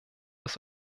das